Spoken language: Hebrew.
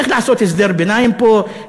איך לעשות הסדר ביניים פה,